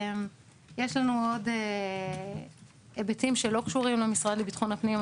יש לנו עוד היבטים שלא קשורים למשרד לביטחון הפנים,